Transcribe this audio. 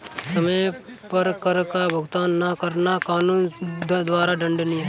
समय पर कर का भुगतान न करना कानून द्वारा दंडनीय है